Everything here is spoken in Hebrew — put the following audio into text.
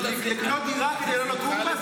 לקנות דירה כדי לא לגור בה?